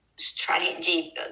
strategy